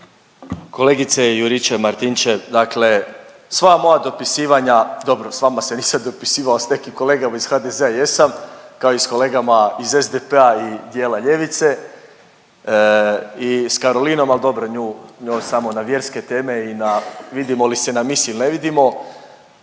Kolegice Juričev-Martinčev, dakle sva moja dopisivanja, dobro s vama se nisam dopisivao, s nekim kolegama iz HDZ-a jesam, kao i s kolegama iz SDP-a i dijela ljevice i s Karolinom, al dobro, nju, njoj samo na vjerske teme i na vidimo li se na misi ili ne vidimo,